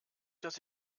dass